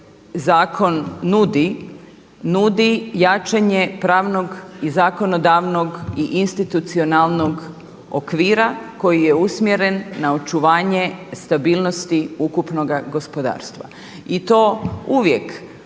nudi, nudi jačanje pravnog, i zakonodavnog i institucionalnog okvira koji je usmjeren na očuvanje stabilnosti ukupnoga gospodarstva i to uvijek